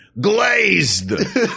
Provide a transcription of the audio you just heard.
glazed